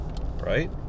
right